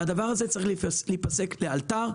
הדבר הזה צריך להיפסק לאלתר.